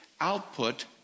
output